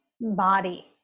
body